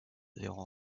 verront